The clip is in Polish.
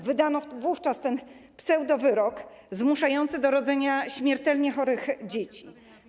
Wydano wówczas ten pseudowyrok zmuszający do rodzenia śmiertelnie chorych dzieci.